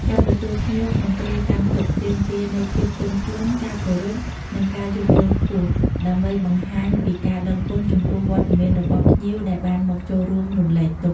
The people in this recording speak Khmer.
ការទទួលភ្ញៀវក្នុងគ្រាកាន់ទុក្ខទាមទារនូវភាពទន់ភ្លន់ ការគោរព និងការយោគយល់ខ្ពស់ ដើម្បីបង្ហាញពីការដឹងគុណចំពោះវត្តមានរបស់ភ្ញៀវដែលបានមកចូលរួមរំលែកទុក្ខ។